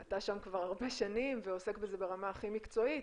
אתה שם כבר הרבה שנים ועוסק בזה ברמה הכי מקצועית,